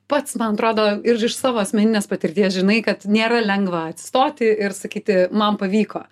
pats man atrodo ir iš savo asmeninės patirties žinai kad nėra lengva atsistoti ir sakyti man pavyko